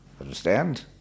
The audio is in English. Understand